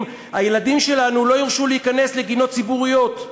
הילדים שלנו לא יורשו להיכנס לגינות ציבוריות?